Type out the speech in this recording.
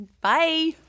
Bye